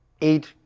eight